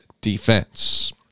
defense